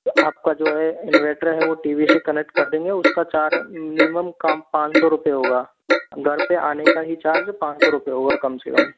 आपका जो है इनवर्टर है वो टी वी से कनेक्ट कर देंगे उसका चार्ज मिनिमम का पाँच सौ रूपिये होगा घर पर आने का ही चार्ज पाँच सौ रूपिये होगा कम से कम